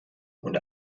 und